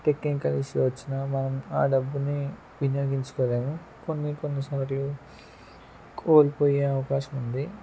technical issue వచ్చినా మనం ఆ డబ్బుని వినియోగించుకోలేము కొన్ని కొన్ని సార్లు కోల్పోయే అవకాశం ఉంది